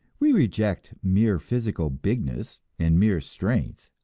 we reject mere physical bigness and mere strength.